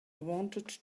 wanted